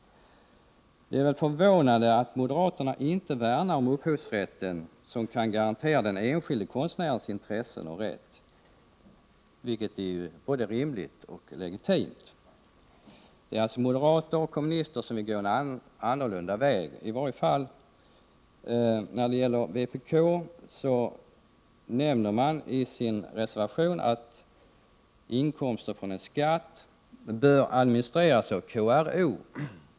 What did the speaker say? Vi är förvånade att moderaterna inte värnar om upphovsrätten som kan garantera den enskilde konstnärens intressen och rätt, vilket är både rimligt och legitimt. Det är alltså moderater och kommunister som vill gå en annan väg. I varje fall nämner vpk i sin reservation att inkomster från en skatt bör administreras av KRO.